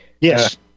Yes